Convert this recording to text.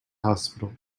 hospital